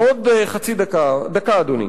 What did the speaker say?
עוד חצי דקה, דקה, אדוני.